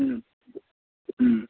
ம் ம்